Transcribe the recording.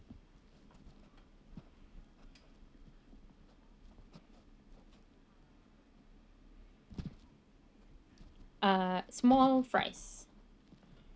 uh small fries